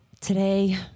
today